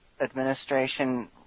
administration